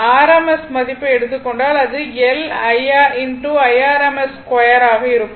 Rms மதிப்பை எடுத்துக் கொண்டால் அது L IRms 2 ஆக இருக்கும்